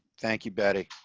thank you. betty.